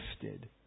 gifted